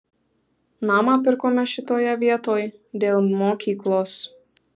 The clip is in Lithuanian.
namą pirkome šitoje vietoj dėl mokyklos